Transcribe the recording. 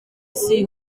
isi